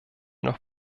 noch